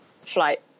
flight